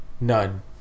None